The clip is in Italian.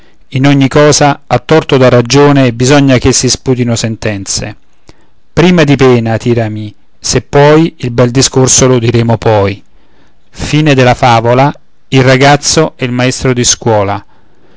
in ogni cosa a torto od a ragione bisogna ch'essi sputino sentenze prima di pena tirami se puoi il bel discorso lo udiremo poi e